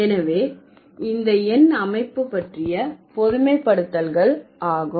எனவே இது எண் அமைப்பு பற்றிய பொதுமைப்படுத்தல்கள் ஆகும்